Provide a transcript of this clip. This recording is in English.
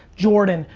jordan,